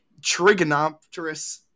Trigonopterus